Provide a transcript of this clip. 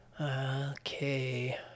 Okay